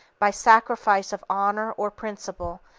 by sacrifice of honor or principle,